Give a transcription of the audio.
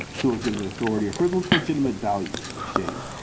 to a legitimate authority for a legitimate value exchange.